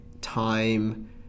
time